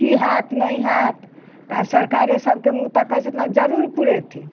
की हैत नइ हैत तऽ आब सरकारे सभके मुँह तकै छथिन आओर जरूर पुरेथिन